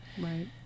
Right